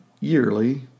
yearly